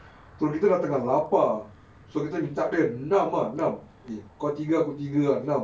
tu kita dah tengah lapar so kita minta dia enam ah enam eh kau tiga aku tiga lah enam